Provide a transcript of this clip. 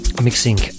Mixing